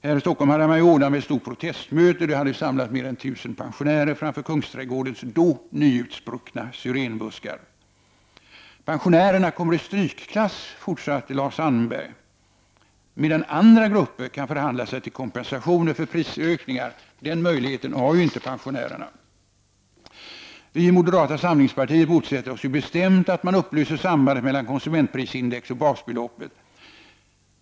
Här i Stockholm hade man ordnat med ett stort protestmöte, som samlat mer än 1 000 pensionärer framför Kungsträdgårdens då nyutspruckna syrenbuskar. Pensionärerna kommer i strykklass, fortsatte Lars Sandberg. Andra grupper kan förhandla sig till kompensationer för prisökningar. Den möjligheten har inte pensionärerna. Moderata samlingspartiet motsätter sig bestämt att man upplöser sambandet mellan konsumentprisindex och basbelopp.